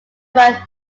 were